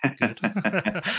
good